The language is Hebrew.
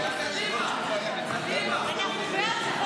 נדבר עם מציעת ההצעה.